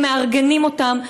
הם מארגנים אותם,